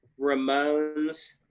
Ramones